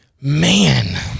Man